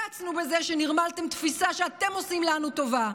קצנו בזה שנרמלתם תפיסה שאתם עושים לנו טובה.